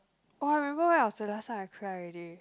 oh I remember when was the last time I cry already